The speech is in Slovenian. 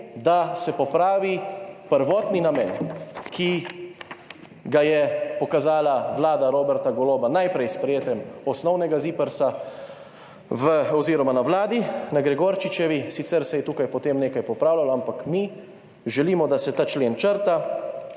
da se popravi prvotni namen, ki ga je pokazala vlada Roberta Goloba, najprej s sprejetjem osnovnega ZIPRS na Vladi, na Gregorčičevi, sicer se je tukaj potem nekaj popravljalo, ampak mi želimo, da se ta člen črta